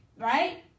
right